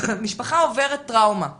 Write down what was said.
משפחה עוברת טראומה אוקיי?